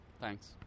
Thanks